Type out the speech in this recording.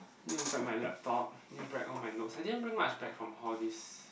need to bring my laptop need to bring all my notes I didn't bring much back from hall these